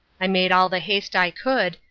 i made all the haste i could,